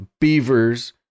beavers